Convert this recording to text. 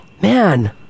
Man